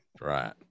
right